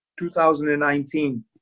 2019